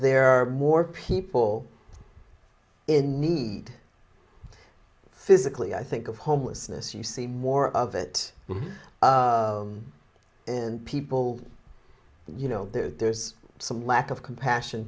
there are more people in need physically i think of homelessness you see more of it in people you know there's some lack of compassion